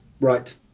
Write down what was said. Right